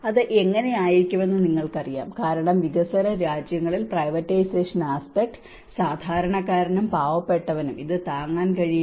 അത് എങ്ങനെയായിരിക്കുമെന്ന് നിങ്ങൾക്കറിയാം കാരണം വികസ്വര രാജ്യങ്ങളിൽ പ്രൈവറ്റൈസഷൻ ആസ്പെക്ട് സാധാരണക്കാരനും പാവപ്പെട്ടവനും ഇവ താങ്ങാൻ കഴിയുമോ